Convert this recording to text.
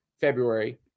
February